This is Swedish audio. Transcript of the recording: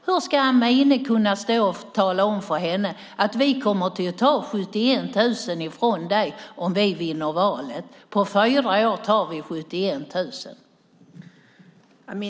Hur ska du, Amineh, kunna tala om för henne att ni kommer att ta 71 000 kronor från henne om ni vinner valet? På fyra år tar ni 71 000 kronor.